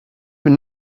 been